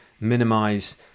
minimize